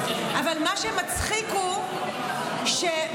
אבל מה שמצחיק הוא שב-1994,